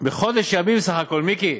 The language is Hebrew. בחודש ימים סך הכול, מיקי.